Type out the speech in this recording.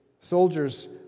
Soldiers